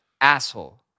asshole